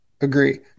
Agree